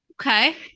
Okay